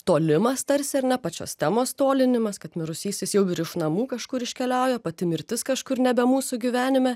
tolimas tarsi ar ne pačios temos tolinimas kad mirusysis jau ir iš namų kažkur iškeliauja pati mirtis kažkur nebe mūsų gyvenime